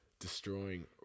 Destroying